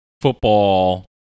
football